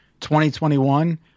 2021